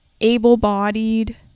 able-bodied